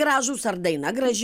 gražūs ar daina graži